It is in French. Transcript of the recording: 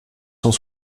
cent